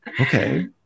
Okay